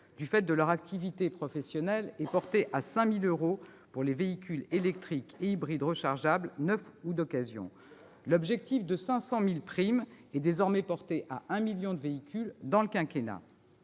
du fait de leur activité professionnelle, et portée à 5 000 euros pour les véhicules électriques et hybrides rechargeables, neufs ou d'occasion. L'objectif de 500 000 primes est désormais porté à 1 million de véhicules sur le quinquennat.